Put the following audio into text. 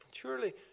Surely